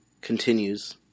continues